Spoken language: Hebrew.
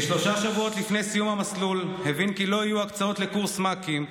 כשלושה שבועות לפני סיום המסלול הבין כי לא יהיו הקצאות לקורס מ"כים,